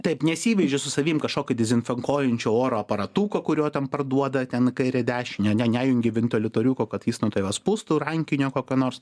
taip nesiveži su savim kažkokį dezinfenkojančio oro aparatuko kurio ten parduoda ten kairę dešinę nene jungi vinteliutoriuko kad jis nuo tavęs pūstų rankinio kokio nors